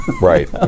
Right